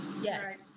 yes